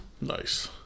nice